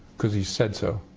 because he said so,